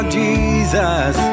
jesus